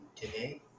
today